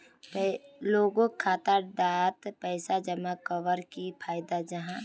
लोगोक खाता डात पैसा जमा कवर की फायदा जाहा?